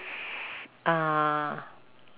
uh